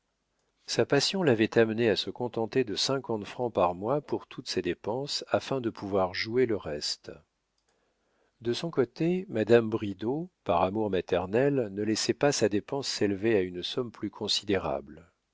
sa passion l'avait amenée à se contenter de cinquante francs par mois pour toutes ses dépenses afin de pouvoir jouer le reste de son côté madame bridau par amour maternel ne laissait pas sa dépense s'élever à une somme plus considérable